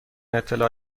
اطلاع